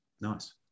nice